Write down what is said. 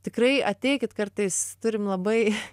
tikrai ateikit kartais turim labai